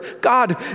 God